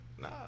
Nah